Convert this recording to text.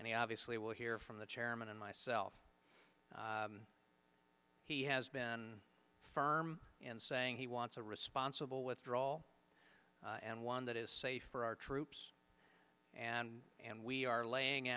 and he obviously will hear from the chairman and myself he has been firm and saying he wants a responsible withdrawal and one that is safe for our troops and and we are laying